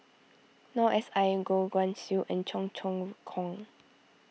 Noor S I Goh Guan Siew and Cheong Choong Kong